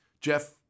Jeff